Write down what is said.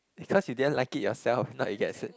because you didn't like it yourself not you get